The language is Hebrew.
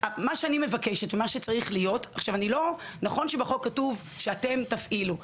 זה נכון שכתוב בחוק שאתם תפעילו.